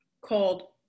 called